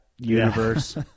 universe